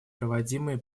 проводимые